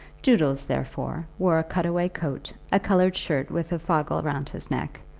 doodles, therefore, wore a cut-away coat, a coloured shirt with a fogle round his neck,